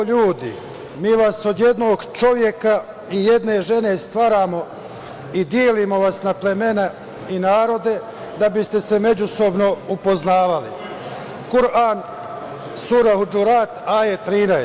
O ljudi, mi vas od jednog čoveka i jedne žene stvaramo i delimo vas na plemena i narode, da biste se međusobno upoznavali - Kuran, „surah džurat ae 13“